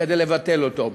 כדי לבטל אותו.